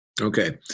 Okay